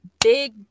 big